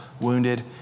wounded